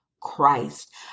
Christ